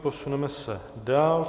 Posuneme se dál.